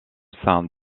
sein